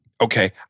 Okay